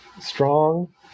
strong